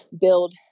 build